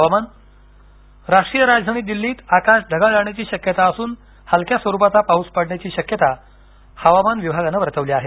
हवामान राष्ट्रीय राजधानी दिल्लीत आकाश ढगाळ राहण्याची शक्यता असून हलक्या स्वरूपाचा पाऊस पडण्याची शक्यता हवामान विभागानं वर्तवली आहे